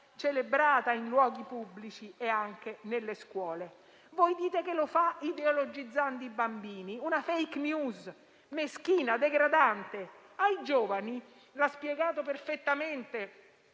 celebrata in luoghi pubblici e anche nelle scuole. Voi dite che lo fa ideologizzando i bambini, una *fake news* meschina e degradante. Ai giovani, come ha spiegato perfettamente